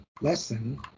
lesson